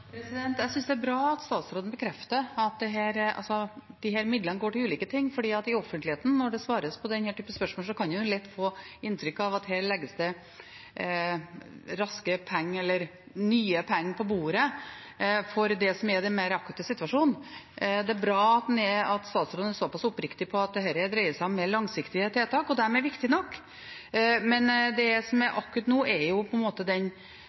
Jeg synes det er bra at statsråden bekrefter at disse midlene går til ulike ting, for når det svares på denne typen spørsmål i offentligheten, kan en lett få inntrykk av at det legges nye penger på bordet for det som er den mer akutte situasjonen. Det er bra at statsråden er såpass oppriktig på at dette dreier seg om mer langsiktige tiltak, og de er viktige nok. Men det som er akutt nå, er det faktumet at en